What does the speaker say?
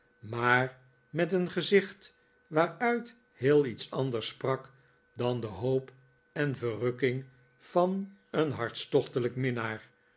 maar met een gezicht waaruit heel iets anders sprak dan de hoop en verrukking van een hartstochtelijk minnaar